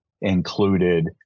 included